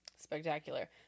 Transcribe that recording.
spectacular